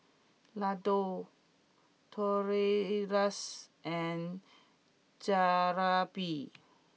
Ladoo Tortillas and Jalebi